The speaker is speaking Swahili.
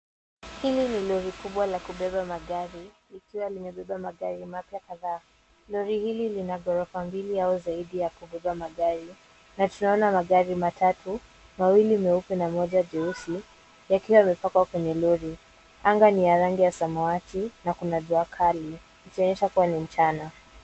Hili ni lori kubwa la kubeba magari likiwa limebeba magari mapya kadhaa. Lori hili lina ghorofa mbili au zaidi ya kubeba magari na tunaona magari matatu; mawili meupe na moja jeusi yakiwa yamepangwa kwenye lori. Anga ni ya rangi ya samawati na kuna jua kali ikionyesha kuwa ni mchana.